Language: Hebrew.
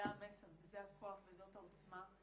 זה המסר, זה הכוח וזאת העוצמה.